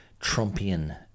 Trumpian